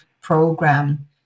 program